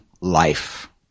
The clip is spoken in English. life